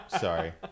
Sorry